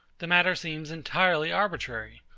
the matter seems entirely arbitrary.